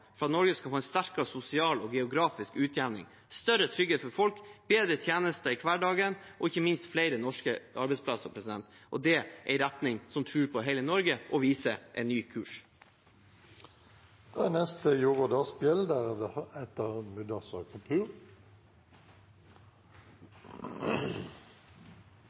for at Norge skal få en sterkere sosial og geografisk utjevning, større trygghet for folk, bedre tjenester i hverdagen og ikke minst flere norske arbeidsplasser. Det er en retning som tror på hele Norge og viser en ny